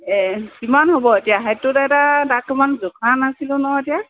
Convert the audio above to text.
কিমান হ'ব এতিয়া হাইটটো এটা তাক মই জোখা নাছিলোঁ নহয় এতিয়া